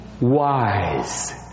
wise